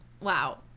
Wow